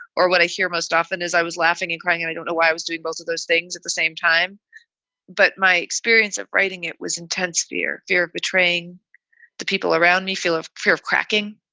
or what i hear most often is i was laughing and crying and i don't know why i was doing both of those things at the same time but my experience of writing it was intense fear, fear of betraying the people around me, feel of fear of cracking.